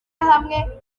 hamwe